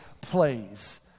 plays